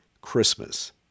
Christmas